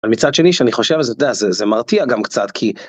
מצד שני שאני חושב על זה זה מרתיע גם קצת כי.